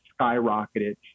skyrocketed